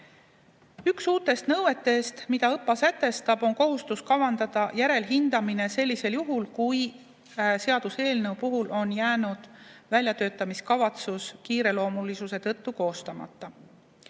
Üks uutest nõuetest, mille ÕPPA sätestab, on kohustus kavandada järelhindamine sellisel juhul, kui seaduseelnõu puhul on jäänud väljatöötamiskavatsus kiireloomulisuse tõttu koostamata.